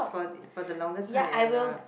for this for the longest time ever